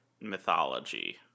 mythology